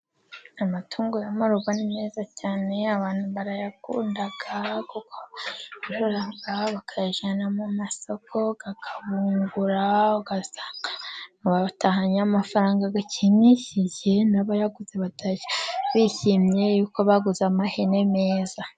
Amatungo yo mu rugo ni meza cyane, abantu barayakunda, kuko bayorora bakayajyana mu masoko, akabungura ugasanga batahanye amafaranga ashimishije, n'abayaguze bishimye yuko baguze amahene meza.